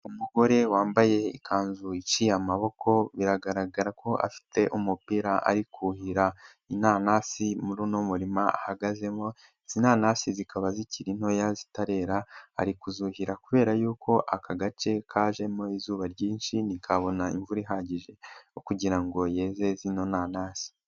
Umugore wambaye ikanzu iciye amaboko biragaragara ko afite umupira ari kuhira inanasi muri runo murima ahagazemo, izi nanasi zikaba zikiri ntoya zitarera ari kuzuhira kubera yuko uko aka gace kajemo izuba ryinshi ntikabona imvura ihagije kugira ngo yeze zino nanasi.